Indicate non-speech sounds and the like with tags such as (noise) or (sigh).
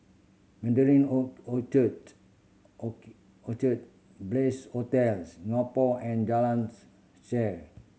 Mandarin own Orchard (unintelligible) Orchard Bliss Hotel Singapore and Jalans Shaer